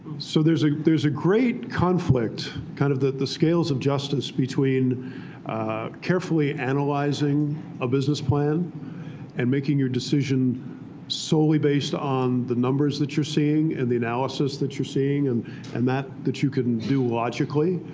so there's there's a great conflict, kind of that the scales of justice between carefully analyzing a business plan and making your decision solely based on the numbers that you're seeing and the analysis that you're seeing and and that that you can do logically.